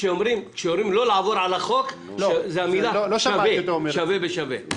כשאומרים לא לעבור על החוק, זה שווה בשווה.